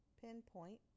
pinpoint